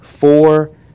four